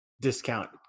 discount